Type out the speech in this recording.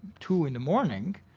two in the morning.